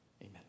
Amen